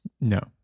No